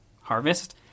harvest